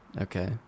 Okay